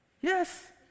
Yes